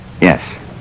Yes